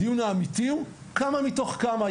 הדיון האמיתי הוא כמה מתוך כמה,